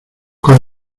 con